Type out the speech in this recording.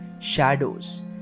shadows